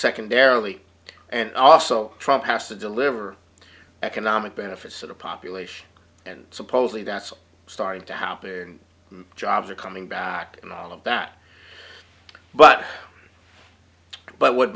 secondarily and also trump has to deliver economic benefits to the population and supposedly that's starting to happen jobs are coming back and all of that but but what